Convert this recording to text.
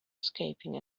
escaping